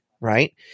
Right